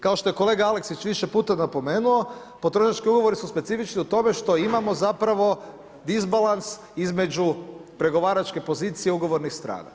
Kao što je kolega Aleksić više puta napomenuo potrošački ugovori su specifični u tome što imamo zapravo disbalans između pregovaračke pozicije, ugovornih stran.